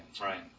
Right